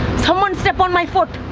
someone step on my foot.